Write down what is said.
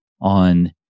on